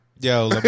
yo